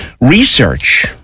Research